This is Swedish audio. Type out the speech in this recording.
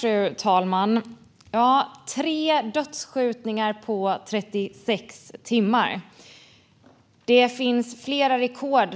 Fru talman! Tre dödsskjutningar på 36 timmar - flera rekord